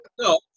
No